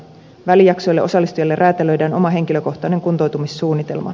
välijaksoille osallistujille räätälöidään oma henkilökohtainen kuntoutumissuunnitelma